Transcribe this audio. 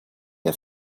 der